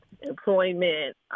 employment